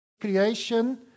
creation